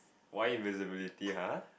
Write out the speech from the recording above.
why invisibility !huh!